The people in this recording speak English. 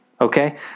Okay